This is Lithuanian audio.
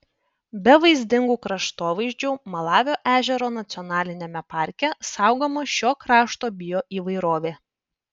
be vaizdingų kraštovaizdžių malavio ežero nacionaliniame parke saugoma šio krašto bioįvairovė